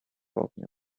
spoken